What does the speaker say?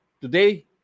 Today